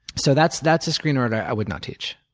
so that's that's a screenwriter i would not teach.